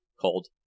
called